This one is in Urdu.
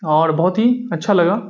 اور بہت ہی اچھا لگا